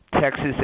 Texas